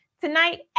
tonight